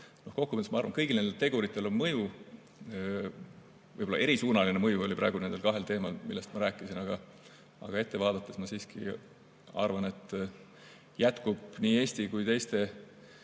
nendel teguritel on mõju. Võib-olla erisuunaline mõju oli praegu nendel kahel teemal, millest ma rääkisin, aga ette vaadates ma siiski arvan, et jätkub nii Eesti kui ka teiste